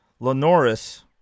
Lenoris